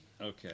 Okay